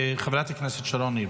חברת הכנסת שרון ניר,